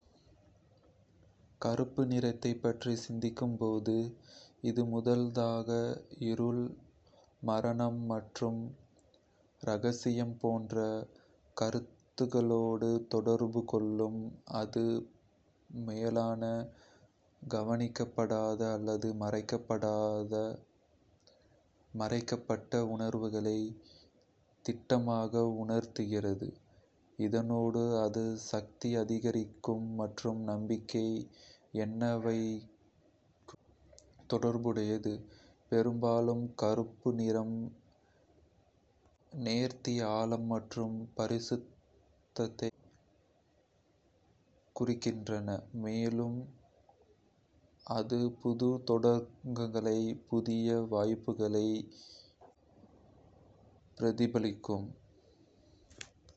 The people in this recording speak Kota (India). கருப்பு நிறத்தைப் பற்றி சிந்திக்கும் போது, அது முதலாவதாக இருள், மரணம், மற்றும் ரகசியம் போன்ற கருத்துக்களோடு தொடர்பு கொள்ளும். அது மௌனமான, கவனிக்கப்படாத அல்லது மறைக்கப்பட்ட உணர்வுகளைத் திடமாக உணர்த்துகிறது. இதோடு, அது சக்தி, அதிகாரம் மற்றும் நம்பிக்கை என்றவையும் தொடர்புடையது. பெரும்பாலும், கருப்பு நிறம் நேர்த்தி, ஆழம் மற்றும் பரிசுத்தத்தைக் குறிக்கின்றது. மேலும், அது புது தொடக்கங்களையும், புதிய வாய்ப்புகளையும் பிரதிபலிக்கலாம், ஏனெனில் அது ஒரு காளிதல் அல்லது காலத்தை முடித்து புதிய பாதையை எடுக்கின்றது என்று நினைக்க முடியும்.